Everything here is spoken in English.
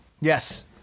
Yes